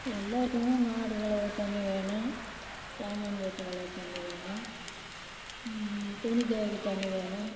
எல்லாத்துக்குமே மாடு கழுவ தண்ணி வேணும் சாமான் செட்டு கழுவ தண்ணி வேணும் துணி துவைக்க தண்ணி வேணும்